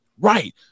right